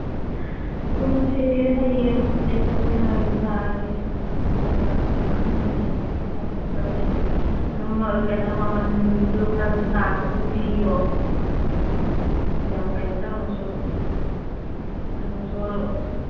ꯄꯨꯡꯁꯤ ꯍꯌꯦꯡ ꯑꯌꯨꯛ ꯑꯣꯏꯅ ꯑꯗꯨꯝ ꯂꯥꯛꯑꯒꯦ ꯑꯗꯨꯒ ꯑꯗꯨꯝ ꯈꯟꯅ ꯅꯩꯅꯔꯒ ꯈꯔ ꯀꯩꯅꯣ ꯇꯧꯁꯦꯕ ꯑꯗꯨꯝ ꯀꯩꯅꯣ ꯃꯃꯟꯗꯨ ꯈꯔ ꯑꯗꯨꯝ ꯇꯥꯅ ꯑꯗꯨꯝ ꯄꯤꯌꯣ ꯌꯥꯝ ꯀꯩꯅꯣ ꯇꯧꯅꯁꯨ ꯅꯪꯅꯁꯨ